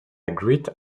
great